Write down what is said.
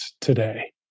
today